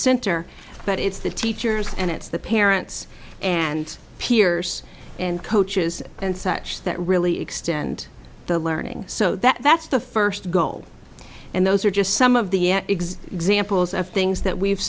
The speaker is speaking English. center that it's the teachers and it's the parents and peers and coaches and such that really extend the learning so that that's the first goal and those are just some of the exit examples of things that we've